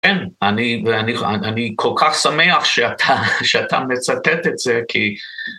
כן, אני כל כך שמח שאתה מצטט את זה, כי...